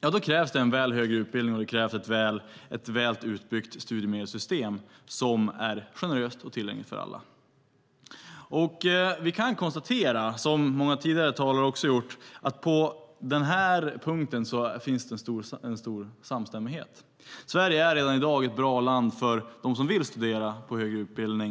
då krävs det en bra högre utbildning och ett väl utbyggt studiemedelssystem som är generöst och tillgängligt för alla. Vi kan konstatera, som många tidigare talare har gjort, att det på den här punkten finns en stor samstämmighet. Sverige är redan i dag ett bra land för dem som vill studera inom högre utbildning.